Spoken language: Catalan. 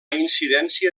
incidència